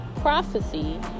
prophecy